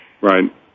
Right